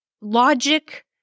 Logic